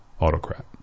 autocrat